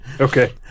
Okay